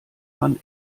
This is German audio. man